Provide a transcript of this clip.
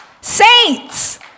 Saints